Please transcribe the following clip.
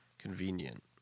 convenient